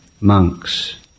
monks